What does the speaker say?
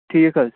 ٹھیٖک حظ